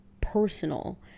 personal